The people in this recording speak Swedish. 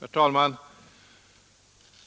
Herr talman!